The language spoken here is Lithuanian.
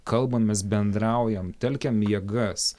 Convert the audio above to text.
kalbamės bendraujam telkiam jėgas